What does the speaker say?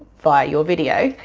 via your video.